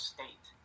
State